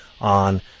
on